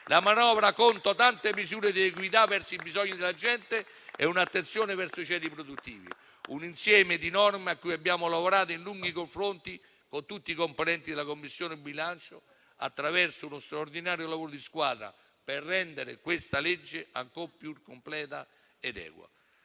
La manovra conta tante misure di equità verso i bisogni della gente e un'attenzione verso i ceti produttivi, un insieme di norme a cui abbiamo lavorato in lunghi confronti con tutti i componenti della Commissione bilancio, attraverso uno straordinario lavoro di squadra, per rendere questa legge ancor più completa ed equa.